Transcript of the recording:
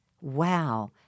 Wow